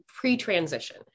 pre-transition